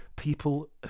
people